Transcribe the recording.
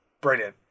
brilliant